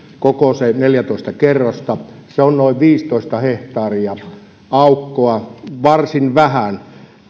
koko se neljätoista kerrosta se on noin viisitoista hehtaaria aukkoa varsin vähän